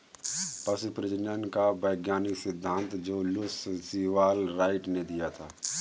पशु प्रजनन का वैज्ञानिक सिद्धांत जे लुश सीवाल राइट ने दिया था